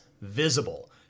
visible